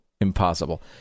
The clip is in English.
impossible